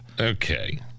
Okay